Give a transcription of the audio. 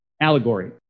Allegory